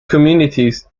communities